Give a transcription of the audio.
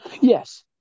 Yes